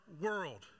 world